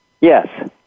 Yes